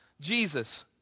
Jesus